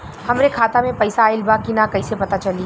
हमरे खाता में पैसा ऑइल बा कि ना कैसे पता चली?